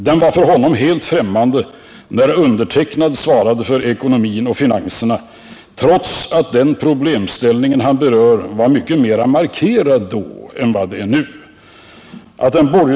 Den var för honom helt främmande när jag svarade för ekonomin och finanserna, trots att den problemställning han berör var mycket mer markerad då än vad den är nu.